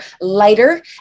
lighter